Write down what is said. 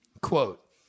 Quote